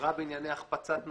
השתפרה בענייני החפצת נשים?